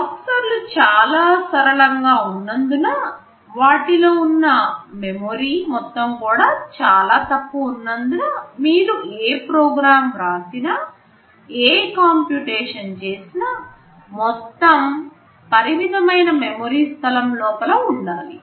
ప్రాసెసర్లు చాలా సరళంగా ఉన్నందున నా వాటిలో ఉన్న మెమొరీ మొత్తం కూడా చాలా తక్కువ ఉన్నందున మీరు ఏ ప్రోగ్రామ్ వ్రాసినా ఏ కంప్యుటేషన్ చేసినా మొత్తము పరిమితమైన మెమరీ స్థలం లోపల ఉండాలి